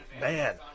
Man